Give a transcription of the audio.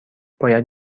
باید